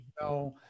no